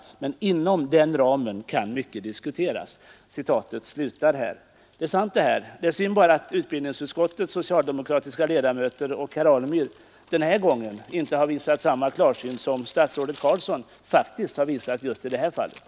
——— Men inom den ramen kan mycket diskuteras.” Det är så sant. Synd bara att utbildningsutskottets socialdemokratiska ledamöter och herr Alemyr inte har visat samma klarsyn som statsrådet Carlsson faktiskt gjort med detta uttalande.